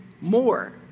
more